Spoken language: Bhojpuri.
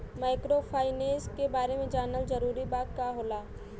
माइक्रोफाइनेस के बारे में जानल जरूरी बा की का होला ई?